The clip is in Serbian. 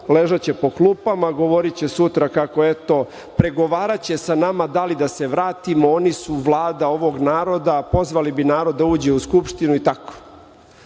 ležaće po klupama, govoriće sutra kako, eto, pregovaraće sa nama da li da se vratimo. Oni su vlada ovog naroda. Pozvali bi narod da uđe u Skupštinu i tako. Ali,